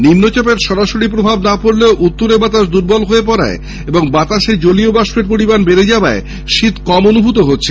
নিম্নচাপের সরাসরি প্রভাব না পড়লেও উত্তুরে বাতাস দুর্বল হয়ে পড়ায় এবং বাতাসে জলীয় বাষ্পে পরিমাণ বেড়ে যাওয়ায় শীত কম অনুভুত হচ্ছে